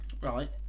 Right